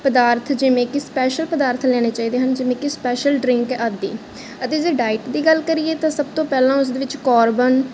ਪਦਾਰਥ ਜਿਵੇਂ ਕਿ ਸਪੈਸ਼ਲ ਪਦਾਰਥ ਲੈਣੇ ਚਾਹੀਦੇ ਹਨ ਜਿਵੇਂ ਕਿ ਸਪੈਸ਼ਲ ਡਰਿੰਕ ਆਦਿ ਅਤੇ ਜੇ ਡਾਈਟ ਦੀ ਗੱਲ ਕਰੀਏ ਤਾਂ ਸਭ ਤੋਂ ਪਹਿਲਾਂ ਉਸਦੇ ਵਿੱਚ ਕਾਰਬਨ